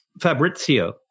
Fabrizio